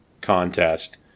contest